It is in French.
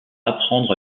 apprendre